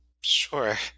Sure